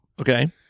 Okay